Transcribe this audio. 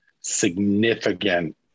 significant